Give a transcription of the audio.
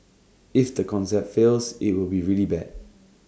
if the concept fails IT will be really bad